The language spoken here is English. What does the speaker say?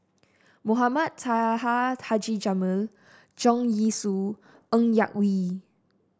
Mohamed Taha Haji Jamil Leong Yee Soo Ng Yak Whee